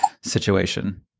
situation